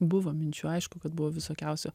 buvo minčių aišku kad buvo visokiausių